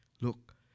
look